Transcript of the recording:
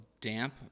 damp